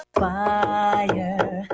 fire